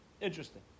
Interesting